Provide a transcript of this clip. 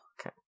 okay